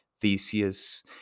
Theseus